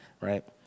right